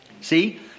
See